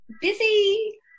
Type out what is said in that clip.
busy